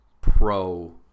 pro